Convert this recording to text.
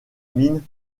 mines